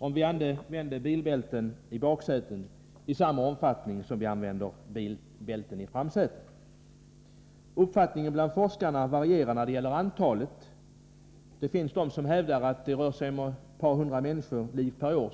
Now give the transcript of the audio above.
om vi använde bilbälte i baksätet i samma omfattning som vi använder bilbälte i framsätet. Uppfattningen bland forskarna varierar när det gäller antalet människoliv som spars. Det finns de som hävdar att det rör sig om ett par hundra människoliv per år.